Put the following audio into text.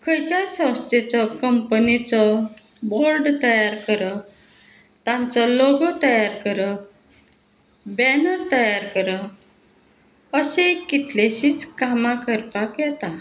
खंयच्याय संस्थेचो कंपनीचो बोर्ड तयार करप तांचो लोगो तयार करप बॅनर तयार करप अशें कितलेशींच कामां करपाक येता